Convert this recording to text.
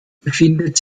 befindet